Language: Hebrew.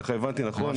כך הבנתי, נכון?